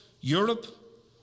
Europe